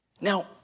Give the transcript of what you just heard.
Now